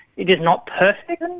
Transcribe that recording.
it is not perfect um